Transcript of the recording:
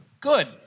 Good